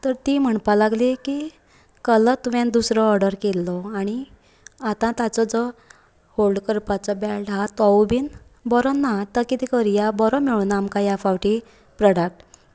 तर ती म्हणपाक लागली की कलर तुवें दुसरो ऑर्डर केल्लो आनी आतां ताजो होल्ड करपाचो बॅल्ट आहा तो बीन बरो ना आतां कितें करया बरो मेळोना आमकां ह्या फावटी प्रोडक्ट